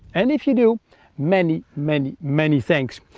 and if you do many, many, many, thanks!